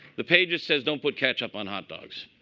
the page that says don't put ketchup on hot dogs.